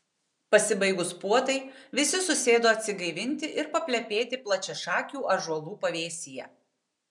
pasibaigus puotai visi susėdo atsigaivinti ir paplepėti plačiašakių ąžuolų pavėsyje